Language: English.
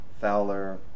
Fowler